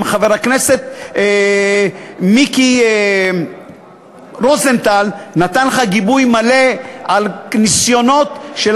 גם חבר הכנסת מיקי רוזנטל נתן לך גיבוי מלא בניסיונות של